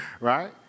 right